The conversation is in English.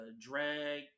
drag